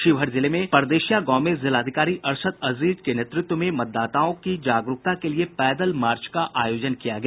शिवहर जिले में परदेसिया गांव में जिलाधिकारी अरशद अजीज के नेतृत्व में मतदाताओं की जागरूकता के लिये पैदल मार्च का आयोजन किया गया